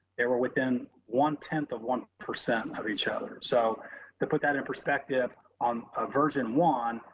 there were within one ten of one percent of each other. so to put that in perspective, on a version one,